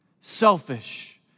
selfish